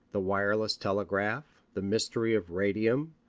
the wireless telegraph, the mystery of radium,